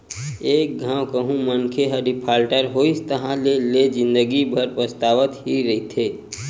एक घांव कहूँ मनखे ह डिफाल्टर होइस ताहाँले ले जिंदगी भर के पछतावा ही रहिथे